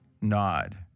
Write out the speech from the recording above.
nod